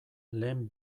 lehen